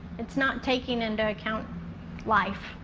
it's not taking into account life.